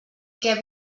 què